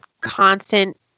constant